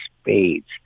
spades